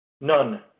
None